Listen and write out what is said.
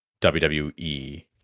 WWE